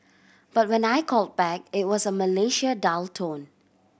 but when I called back it was a Malaysia dial tone